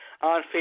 on